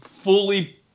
fully